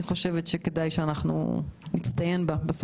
אני חושבת שכדאי להצטיין בה.